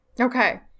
okay